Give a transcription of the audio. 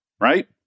right